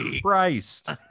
Christ